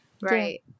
Right